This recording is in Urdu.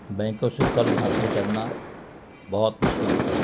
بینکوں سے قرض حاصل کرنا بہت مشکل ہوتا ہے